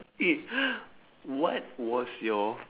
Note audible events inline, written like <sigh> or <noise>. stop it <breath> what was your